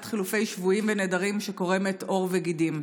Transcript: חילופי שבויים ונעדרים שקורמת עור וגידים.